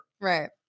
Right